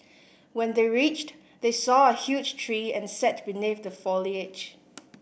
when they reached they saw a huge tree and sat beneath the foliage